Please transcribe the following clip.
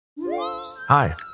hi